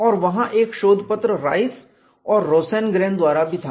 और वहां एक शोध पत्र राइस और रोसेनग्रेन द्वारा भी था